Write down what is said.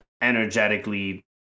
energetically